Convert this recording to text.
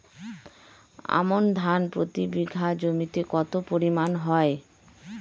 আমন ধান প্রতি বিঘা জমিতে কতো পরিমাণ হয়?